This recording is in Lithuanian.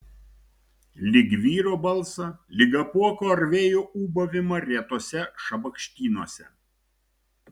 lyg vyro balsą lyg apuoko ar vėjo ūbavimą retuose šabakštynuose